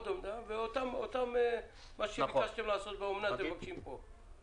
מה שביקשתם לעשות באומנה אתם מבקשים פה.